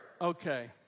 Okay